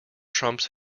trumps